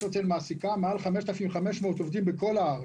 ישרוטל מעסיקה יותר מ-5,500 עובדים בכל הארץ,